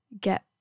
get